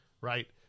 right